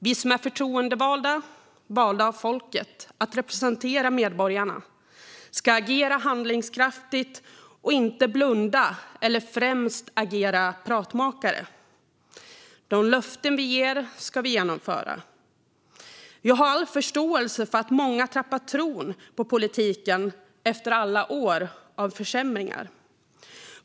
Vi som är förtroendevalda, valda av folket att representera medborgarna, ska agera handlingskraftigt och inte blunda eller främst agera pratmakare. De löften vi ger ska vi genomföra. Jag har all förståelse för att många tappat tron på politiken efter alla år av försämringar.